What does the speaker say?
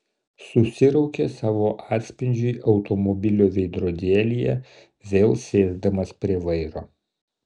susiraukė savo atspindžiui automobilio veidrodėlyje vėl sėsdamas prie vairo